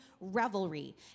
revelry